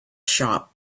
shop